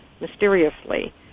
mysteriously